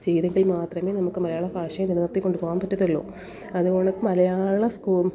ചെയ്തെങ്കിൽ മാത്രമേ നമുക്ക് മലയാള ഭാഷയെ നിലനിർത്തിക്കൊണ്ടു പോകാൻ പറ്റത്തുള്ളൂ അതുപോലെ മലയാള സ്കൂ